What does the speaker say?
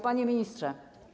Panie Ministrze!